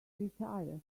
retire